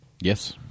Yes